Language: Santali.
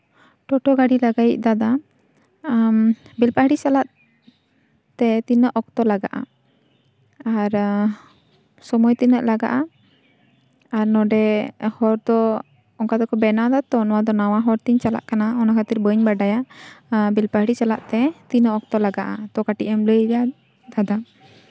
ᱴᱳᱴᱳ ᱜᱟᱹᱰᱤ ᱞᱟᱜᱟᱭᱤᱡ ᱫᱟᱫᱟ ᱟᱢ ᱵᱮᱞᱯᱟᱦᱟᱲᱤ ᱪᱟᱞᱟᱜ ᱛᱮ ᱛᱤᱱᱟᱹᱜ ᱚᱠᱛᱚ ᱞᱟᱜᱟᱜᱼᱟ ᱟᱨ ᱥᱚᱢᱚᱭ ᱛᱤᱱᱟᱹᱜ ᱞᱟᱜᱟᱜᱼᱟ ᱟᱨ ᱱᱚᱰᱮ ᱦᱚᱲ ᱫᱚ ᱚᱱᱠᱟ ᱫᱚᱠᱚ ᱵᱮᱱᱟᱣ ᱫᱟᱛᱚ ᱱᱚᱣᱟ ᱫᱚ ᱱᱟᱣᱟ ᱦᱚᱨ ᱛᱮᱧ ᱪᱟᱞᱟᱜ ᱠᱟᱱᱟ ᱚᱱᱟ ᱠᱷᱟᱹᱛᱤᱨ ᱵᱟᱹᱧ ᱵᱟᱰᱟᱭᱟ ᱟᱨ ᱵᱮᱞᱯᱟᱦᱟᱲᱤ ᱪᱟᱞᱟᱜ ᱛᱮ ᱛᱤᱱᱟᱹᱜ ᱚᱠᱛᱚ ᱞᱟᱜᱟᱜᱼᱟ ᱛᱚ ᱠᱟᱹᱴᱤᱡ ᱮᱢ ᱞᱟᱹᱭᱟ ᱫᱟᱫᱟ